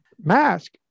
mask